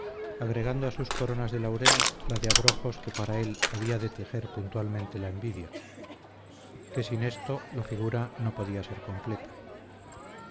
agregando a sus coronas de laurel la de abrojos que para él había de tejer puntualmente la envidia que sin esto la figura no podía ser completa